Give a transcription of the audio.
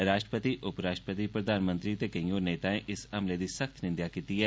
राष्ट्रपति उप राष्ट्रपति प्रधानमंत्री ते कैंई होर नेताएं इस हमले दी सख्त निंदेया कीती ऐ